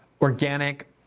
organic